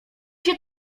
się